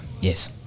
yes